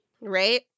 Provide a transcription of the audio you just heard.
right